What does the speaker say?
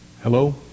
Hello